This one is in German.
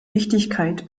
wichtigkeit